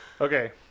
okay